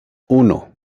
uno